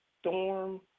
Storm